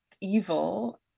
evil